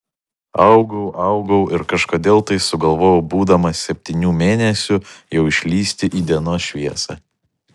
augau augau ir kažkodėl tai sugalvojau būdamas septynių mėnesių jau išlįsti į dienos šviesą